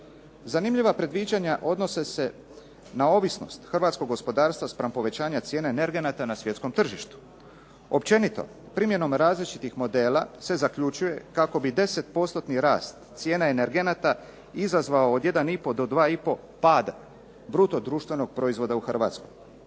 Zanimljiva predviđanja odnose se na ovisnost hrvatskog gospodarstva spram povećanja cijena energenata na svjetskom tržištu. Općenito, primjenom različitih modela se zaključuje kako bi 10%-tni rast cijena energenata izazvao od 1,5 do 2,5 pad bruto društvenog proizvoda u Hrvatskoj.